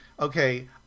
Okay